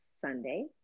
Sunday